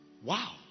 Wow